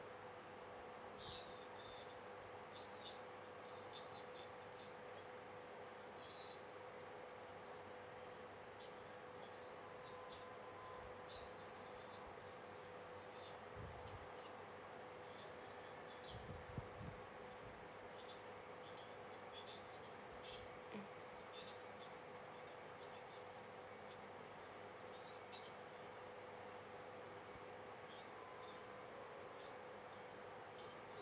mm